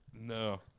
No